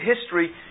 history